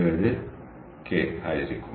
7 K ആയിരിക്കും